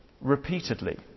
repeatedly